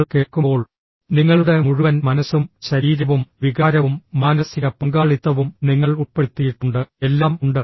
നിങ്ങൾ കേൾക്കുമ്പോൾ നിങ്ങളുടെ മുഴുവൻ മനസ്സും ശരീരവും വികാരവും മാനസിക പങ്കാളിത്തവും നിങ്ങൾ ഉൾപ്പെടുത്തിയിട്ടുണ്ട് എല്ലാം ഉണ്ട്